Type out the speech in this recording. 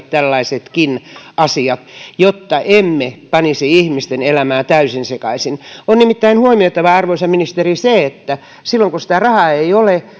tällaisetkin asiat jotta emme panisi ihmisten elämää täysin sekaisin on nimittäin huomioitava arvoisa ministeri se että silloin kun sitä rahaa ei ole